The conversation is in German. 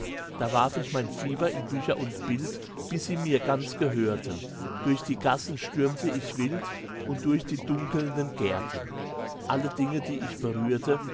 da warf ich mein fieber in bücher und bild bis sie mir ganz gehörten durch die gassen stürmte ich wild und durch die dunkelnden gärten alle dinge die ich berührte